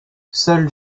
seule